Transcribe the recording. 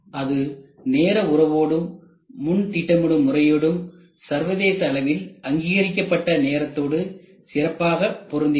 அது நேர உறவோடும் முன் திட்டமிடும் முறையோடும் சர்வதேச அளவில் அங்கீகரிக்கப்பட்ட நேரத்தோடு சிறப்பாக பொருந்துகிறது